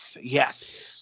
yes